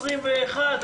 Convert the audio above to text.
של 21 חברים,